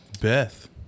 Beth